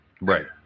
Right